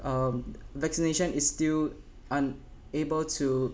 um vaccination is still unable to